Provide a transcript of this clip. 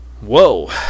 Whoa